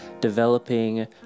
developing